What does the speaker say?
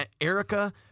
Erica